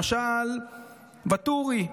למשל ואטורי,